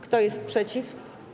Kto jest przeciw?